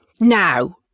Now